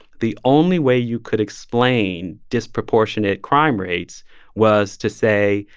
the only way you could explain disproportionate crime rates was to say,